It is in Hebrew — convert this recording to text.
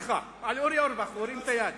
זה לא בסדר